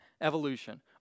evolution